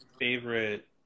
favorite